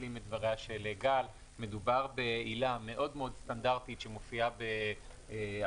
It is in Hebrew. להשלים את דבריה של גל: מדובר בעילה מאוד סטנדרטית שמופיעה בעשרות,